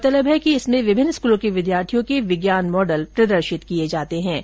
गौरतलब है कि इसमें विभिन्न स्कूलों के विद्यार्थियों के विज्ञान मॉडल प्रदर्शित किये जाते है